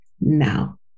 now